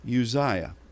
Uzziah